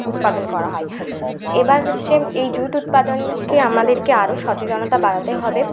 উৎপাদন করা হয় এবার হচ্ছে এই জুট উৎপাদনকে আমাদেরকে আরও সচেতনতা বাড়াতে হবে